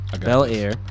Bel-Air